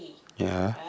yeah